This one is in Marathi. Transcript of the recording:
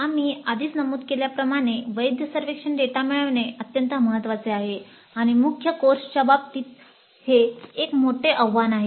आम्ही आधीच नमूद केल्याप्रमाणे वैध सर्वेक्षण डेटा मिळविणे अत्यंत महत्वाचे आहे आणि मुख्य कोर्सच्या बाबतीतही हे एक मोठे आव्हान आहे